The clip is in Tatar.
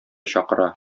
чакыра